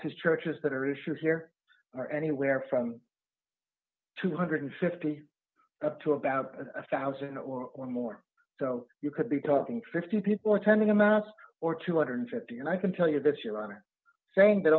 says churches that are issue here are anywhere from two hundred and fifty up to about a one thousand or more so you could be talking to fifty people attending a mass or two hundred and fifty and i can tell you this year i'm saying that